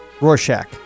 Rorschach